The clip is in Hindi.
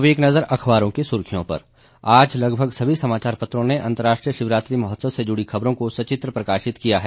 अब एक नजर अखबारों की सुर्खियों पर आज लगभग सभी समाचार पत्रों ने अंतरराष्ट्रीय शिवरात्रि महोत्सव से जुड़ी ख़बरों को सचित्र प्रकाशित किया है